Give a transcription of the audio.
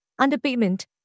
underpayment